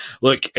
Look